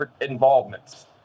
involvements